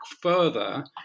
further